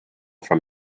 from